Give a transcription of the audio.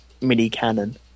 mini-cannon